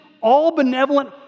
all-benevolent